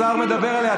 השר מדבר עליה.